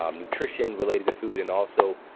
um nutrition related to food. and also,